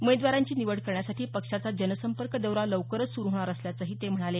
उमेदवारांची निवड करण्यासाठी पक्षाचा जनसंपर्क दौरा लवकरच सुरू होणार असल्याचंही ते म्हणाले